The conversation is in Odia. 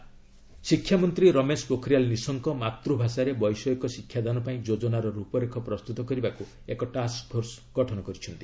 ଟେକ୍ ଏଜ୍ଟକେସନ ଶିକ୍ଷାମନ୍ତ୍ରୀ ରମେଶ ପୋଖରିଆଲ୍ ନିଶଙ୍କ ମାତୃଭାଷାରେ ବୈଷୟିକ ଶିକ୍ଷାଦାନ ପାଇଁ ଯୋଜନା ରୂପରେଖ ପ୍ରସ୍ତୁତ କରିବାକୁ ଏକ ଟାସ୍କ ଫୋର୍ସ ଗଠନ କରିଛନ୍ତି